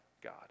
God